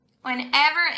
Whenever